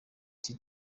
iki